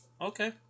Okay